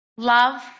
love